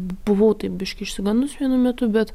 buvau taip biškį išsigandus vienu metu bet